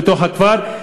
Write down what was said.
בתוך הכפר?